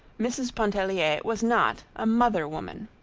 mrs. pontellier was not a mother-woman.